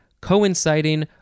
coinciding